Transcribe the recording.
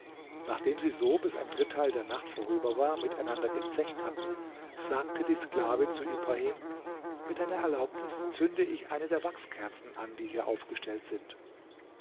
nachdem sie so bis ein drittteil der nacht vorüber war miteinander gezecht hatten sagte die sklavin zu ibrahim mit deiner erlaubnis zünde ich eine der wachskerzen an die hier aufgestellt sind